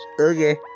Okay